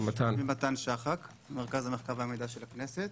אני מתן שחק ממרכז המחקר והמידע של הכנסת.